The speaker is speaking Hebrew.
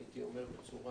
הייתי אומר בצורה